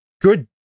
good